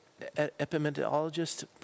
epidemiologist